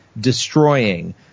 destroying